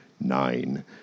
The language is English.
nine